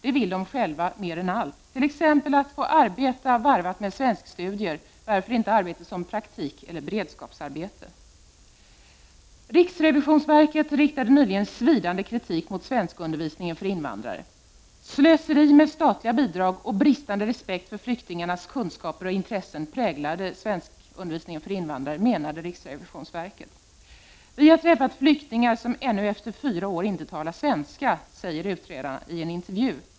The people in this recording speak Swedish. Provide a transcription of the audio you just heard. Det vill de själva mer än allt, t.ex. genom att få arbete varvat med svenskstudier. Varför inte arbeta med praktikeller beredskapsarbete? Riksrevisionsverket riktade nyligen svidande kritik mot undervisningen i svenska för invandrare. Slöseri med statliga bidrag och bristande respekt för flyktingarnas kunskaper och intressen präglade svenskundervisningen för invandrare menade riksrevisionsverket. ”Vi har träffat flyktingar som ännu efter fyra år inte talar svenska”, säger utredarna i en intervju.